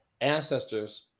ancestors